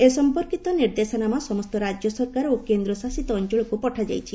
ଏ ସମ୍ପର୍କିତ ନିର୍ଦ୍ଦେଶନାମା ସମସ୍ତ ରାଜ୍ୟ ସରକାର ଓ କେନ୍ଦ୍ରଶାସିତ ଅଞ୍ଚଳକୁ ପଠାଯାଇଛି